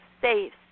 safe